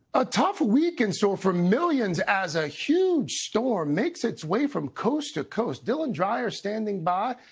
a tough week in store for millions as a huge storm makes its way from coast-to-coast, dylan drier standing by,